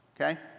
Okay